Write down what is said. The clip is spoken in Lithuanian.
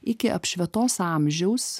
iki apšvietos amžiaus